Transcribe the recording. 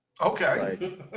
Okay